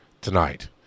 tonight